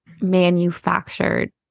manufactured